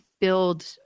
build